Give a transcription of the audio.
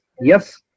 yes